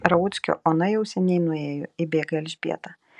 rauckio ona jau seniai nuėjo įbėga elžbieta